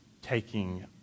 taking